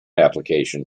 application